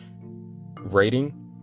rating